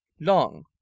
Long